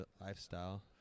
lifestyle